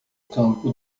campo